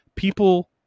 People